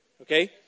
okay